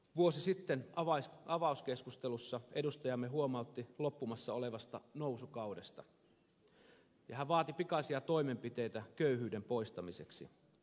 vuosi sitten avauskeskustelussa edustajamme huomautti loppumassa olevasta nousukaudesta ja vaati pikaisia toimenpiteitä köyhyyden poistamiseksi